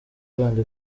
rwanda